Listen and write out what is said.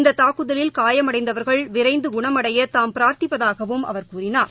இந்த தாக்குதலில் காயமடைந்தவர்கள் விரைந்து குணமடைய தாம் பிராத்திப்பதாகவும் அவர் கூறினார்